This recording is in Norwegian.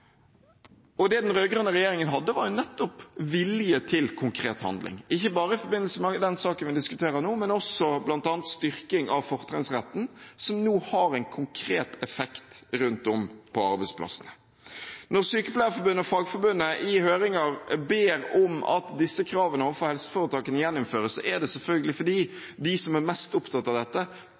Det den rød-grønne regjeringen hadde, var nettopp vilje til konkret handling, ikke bare i forbindelse med den saken vi diskuterer nå, men også ved bl.a. å styrke fortrinnsretten, som nå har en konkret effekt rundt om på arbeidsplassene. Når Sykepleierforbundet og Fagforbundet i høringer ber om at disse kravene overfor helseforetakene gjennomføres, er det selvfølgelig fordi de som er mest opptatt av dette,